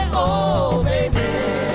oh